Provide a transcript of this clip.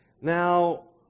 Now